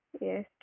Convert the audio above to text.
yes